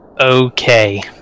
Okay